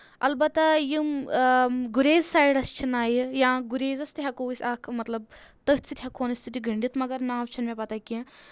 البتہ یِم گُریز سایڈَس چھِ نایہِ یا گُریزَس تہِ ہیٚکو أسۍ اکھ مطلب تٔتھۍ سۭتۍ ہؠکہٕ ہون أسۍ سُہ تہِ گٔنڈِتھ مگر ناو چھےٚ نہٕ مےٚ پَتہ کینٛہہ